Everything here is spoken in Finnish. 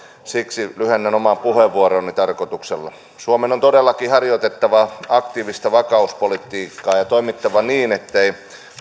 siksi lyhennän omaa puheenvuoroani tarkoituksella suomen on todellakin harjoitettava aktiivista vakauspolitiikkaa ja toimittava niin ettei